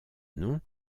nom